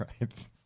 right